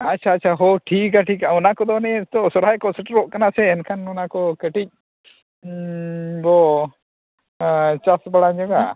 ᱟᱪᱪᱷᱟ ᱟᱪᱪᱷᱟ ᱦᱳ ᱴᱷᱤᱠᱼᱟ ᱴᱷᱤᱠᱼᱟ ᱚᱱᱟ ᱠᱚᱫᱚ ᱚᱱᱮ ᱱᱤᱛᱚᱜ ᱥᱚᱦᱨᱟᱭ ᱠᱚ ᱥᱮᱴᱮᱨᱚᱜ ᱠᱟᱱᱟ ᱥᱮ ᱮᱱᱠᱷᱟᱱ ᱚᱱᱟ ᱠᱚ ᱠᱟᱹᱴᱤᱡ ᱵᱚ ᱪᱟᱥ ᱵᱟᱲᱟ ᱧᱚᱜᱟ